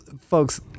folks